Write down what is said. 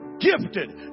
Gifted